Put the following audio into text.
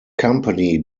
company